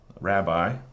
rabbi